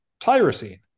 tyrosine